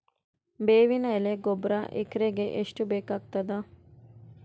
ಬೇವಿನ ಎಲೆ ಗೊಬರಾ ಎಕರೆಗ್ ಎಷ್ಟು ಬೇಕಗತಾದ?